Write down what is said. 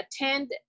attend